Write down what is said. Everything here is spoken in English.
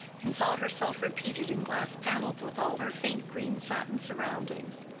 and saw herself repeated in glass panels with all her faint-green satin surroundings.